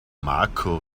marco